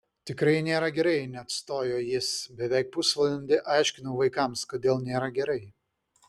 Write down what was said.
tikrai nėra gerai neatstojo jis beveik pusvalandį aiškinau vaikams kodėl nėra gerai